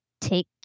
take